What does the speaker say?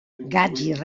rates